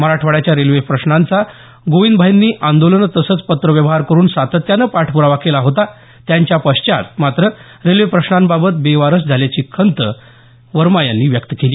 मराठवाड्याच्या रेल्वेप्रश्नांचा गोविंदभाईंनी आंदोलनं तसंच पत्रव्यवहार करून सातत्यानं पाठपुरावा केला होता त्यांच्या पश्चात मात्र रेल्वेप्रश्नांबाबत बेवारस झाल्याची खंत वर्मा यांनी व्यक्त केली